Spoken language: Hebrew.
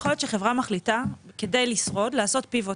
יכול להיות שחברה מחליטה, כדי לשרוד, לעשות פיבוט